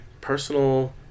personal